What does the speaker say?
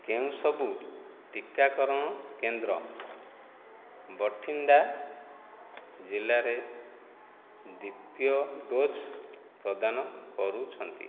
କେଉଁ ସବୁ ଟିକାକରଣ କେନ୍ଦ୍ର ଭଟିଣ୍ଡା ଜିଲ୍ଲାରେ ଦ୍ୱିତୀୟ ଡୋଜ୍ ପ୍ରଦାନ କରୁଛନ୍ତି